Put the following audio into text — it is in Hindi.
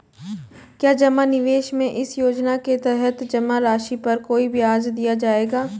क्या जमा निवेश में इस योजना के तहत जमा राशि पर कोई ब्याज दिया जाएगा?